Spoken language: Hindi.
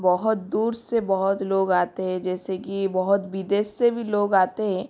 बहुत दूर से बहुत लोग आते हैं जैसे कि बहुत विदेश से भी लोग आते हैं